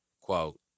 Quote